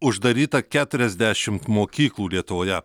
uždaryta keturiasdešimt mokyklų lietuvoje